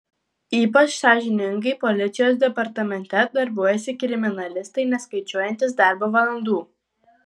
ypač sąžiningai policijos departamente darbuojasi kriminalistai neskaičiuojantys darbo valandų